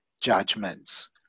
judgments